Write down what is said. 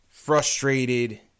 Frustrated